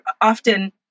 often